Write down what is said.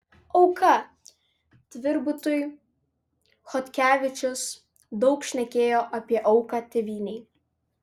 auka tvirbutui chodkevičius daug šnekėjo apie auką tėvynei